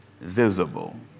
visible